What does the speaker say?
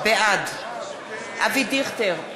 בעד אבי דיכטר,